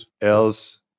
else